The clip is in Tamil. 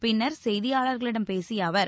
பின்னர் செய்தியாளர்களிடம் பேசிய அவர்